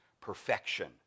perfection